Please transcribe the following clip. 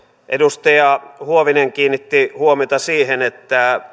edustaja huovinen kiinnitti huomiota siihen että